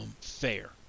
fair